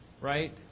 right